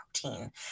protein